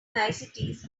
niceties